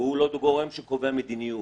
והוא לא גורם שקובע מדיניות.